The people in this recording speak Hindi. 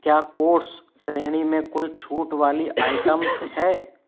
क्या कोर्स श्रेणी में कोई छूट वाली आइटम्स है